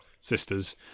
sisters